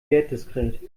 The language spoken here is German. wertdiskret